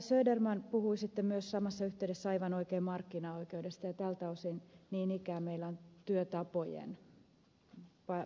söderman puhui sitten myös samassa yhteydessä aivan oikein markkinaoikeudesta ja tältä osin niin ikään meillä on työtapojen parantamisprosessi